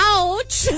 Ouch